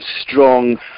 strong